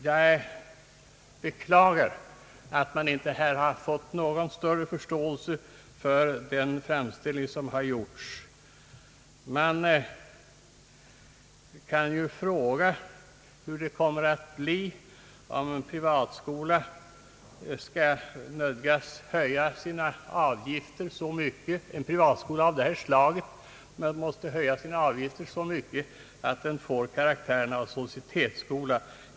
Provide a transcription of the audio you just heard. Jag beklagar att man inte här funnit någon större förståelse för den framställning som gjorts. Man kan fråga sig om en privatskola av det här slaget skall nödgas höja sina avgifter så mycket att den får karaktären av societetsskola.